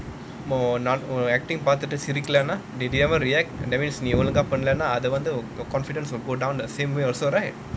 நான் உன்:naan un acting பாத்துட்டு சிரிக்கலைனா:pathutu sirikalainaa they never react that means நீ ஒழுங்கா பண்ணல அது வந்து:nee olunga pannala athu vanthu your confidence will go down the same way also right